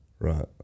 Right